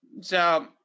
so-